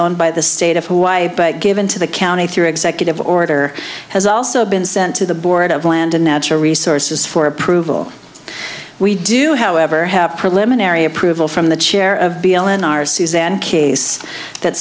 owned by the state of hawaii but given to the county through executive order has also been sent to the board of land and natural resources for approval we do however have preliminary approval from the chair of b l n r suzanne case that